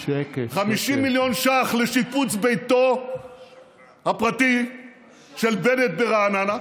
50 מיליון ש"ח לשיפוץ ביתו הפרטי של בנט ברעננה,